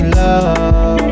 love